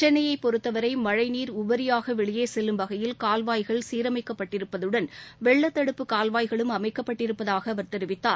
சென்னையை பொருத்தவரை மழை நீர் உபரியாக வெளியே செல்லும் வகையில் கால்வாய்கள் சீரமைக்கப்பட்டிருப்பதுடன் வெள்ளத் தடுப்பு கால்வாய்களும் அமைக்கப்பட்டிருப்பதாக அவர் தெரிவித்தார்